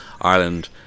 Ireland